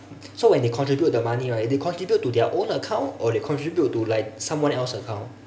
so when they contribute the money right they contribute to their own account or they contribute to like someone else account